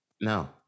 No